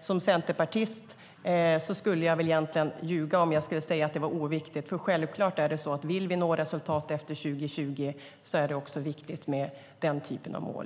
Som centerpartist skulle jag egentligen ljuga om jag skulle säga att det var oviktigt. Vill vi nå resultat efter 2020 är det självklart också viktigt med den typen av mål.